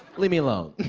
leave me alone.